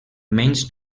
menys